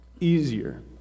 easier